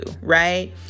right